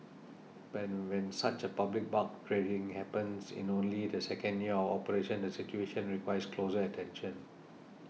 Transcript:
but when such public barb trading happens in only the second year of operations the situation requires closer attention